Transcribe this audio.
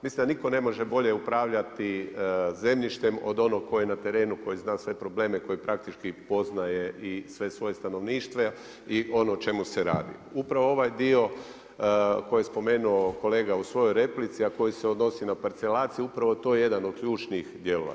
Mislim da nitko ne može bolje upravljati zemljištem od onog tko je na terenu, koji zna sve probleme, koji praktički poznaje i sve svoje stanovništvo i ono o čemu se radi. upravo ovaj dio koji je spomenuo kolega u svojoj replici, a koji se odnosi na parcelaciju, upravo je to jedan od ključnih dijelova.